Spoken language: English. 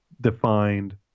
defined